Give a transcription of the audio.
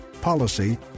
policy